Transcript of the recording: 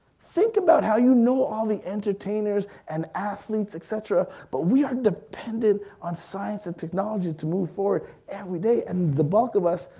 think about how you know all the entertainers, and athletes, et cetera, but we are dependent on science and technology to move forward everyday and the bulk of us,